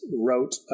wrote